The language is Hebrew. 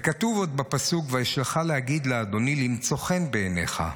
וכתוב עוד בפסוק: "ואשלחה להגיד לַאדֹנִי לִמְצֹא חן בעיניך",